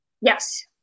Yes